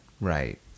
Right